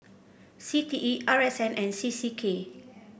C T E R S N and C C K